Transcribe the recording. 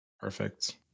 perfect